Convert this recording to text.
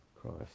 Christ